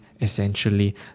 essentially